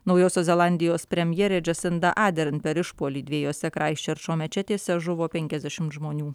naujosios zelandijos premjerė džesinda adern ir išpuolį dviejose kraistčerčo mečetėse žuvo penkiasdešimt žmonių